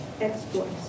exports